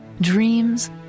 dreams